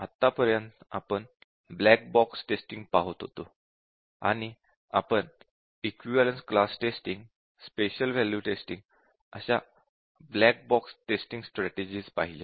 आतापर्यंत आपण black box testing पाहत होतो आणि आपण equivalence class testing special value testing अशा ब्लॅक बॉक्स टेस्टिंग स्ट्रॅटेजिज पाहिल्या